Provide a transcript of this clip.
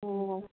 ꯑꯣ